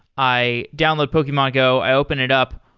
i download pokemon go, i open it up.